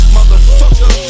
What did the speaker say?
Motherfucker